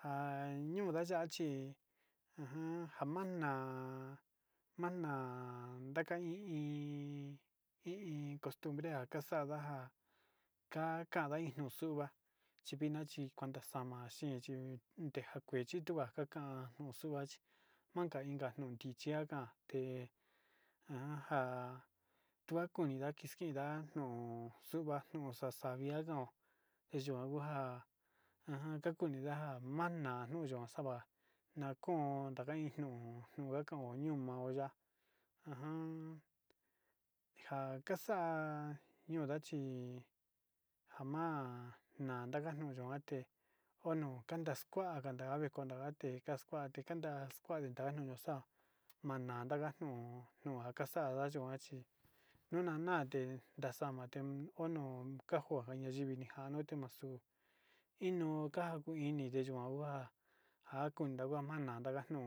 Nja ñuu ndayachi ajan njamana mana'a ndaka i iin i iin costumbre njakaxada há ka kandai nuu xuva'a ndevixna chi kuanda xama'a xhian yii ndé njakuechi tunga kakan xuvachi nukan inka nundichi chiakande ajan ja'a kuakoninda tikixnda nuu xuva'a nuu xaxana no'ó deyukunja ajan kakuni ndaja njamana nuyó nuu xava'a ndakon naka ino nokuakaon ñoo maoya ajan njika kaxa'a ñondachi njama'a ndakanuyua te ono kanaxkua njadava njadajande kaxkuate njandax kuandentany xa'a mandanga nuu nujan ndaga xhinia chi nunanate ndaxagate onuu kanjo ñaivini nanote manguu ino kanja kuu iin nideeyikuan oha njakoin tanda mana'a ndajanu